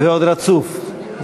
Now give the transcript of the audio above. ועוד רצוף.